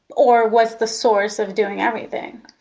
or was the source of doing everything.